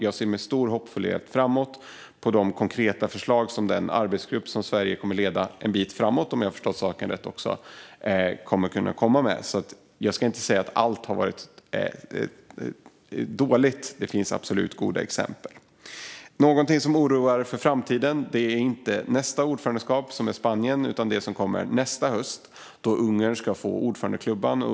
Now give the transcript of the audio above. Jag ser med stor hoppfullhet framåt på de konkreta förslag som den arbetsgrupp som Sverige kommer att leda en bit framåt, om jag har förstått saken rätt, kommer att kunna komma med. Jag ska inte säga att allt har varit dåligt. Det finns absolut goda exempel. Det som inger oro inför framtiden är inte nästa ordförandeskap, Spanien, utan det som kommer nästa höst, då Ungern ska få ordförandeklubban.